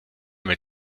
mit